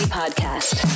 podcast